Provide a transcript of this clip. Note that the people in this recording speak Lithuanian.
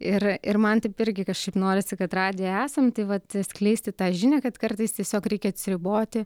ir ir man taip irgi kažkaip norisi kad radijui esam tai vat skleisti tą žinią kad kartais tiesiog reikia atsiriboti